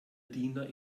diener